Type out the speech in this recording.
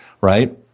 Right